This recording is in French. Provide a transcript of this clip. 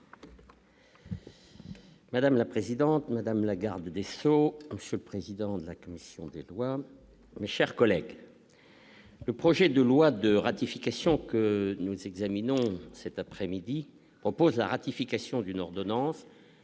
Madame la présidente, madame la garde des Sceaux, le président de la commission des lois mais, chers collègues, le projet de loi de ratification que nous examinons cet après-midi, propose la ratification d'une ordonnance